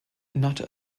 not